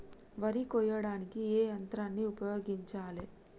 వరి కొయ్యడానికి ఏ యంత్రాన్ని ఉపయోగించాలే?